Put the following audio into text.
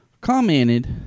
commented